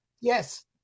Yes